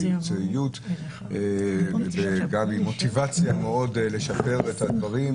במקצועיות וגם עם מוטיבציה לשפר את הדברים.